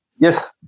Yes